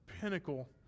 pinnacle